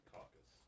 Caucus